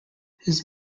his